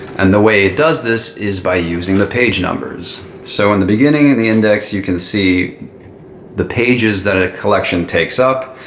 and the way it does this is by using the page numbers. so in the beginning in the index, you can see the pages that a collection takes up.